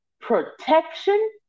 protection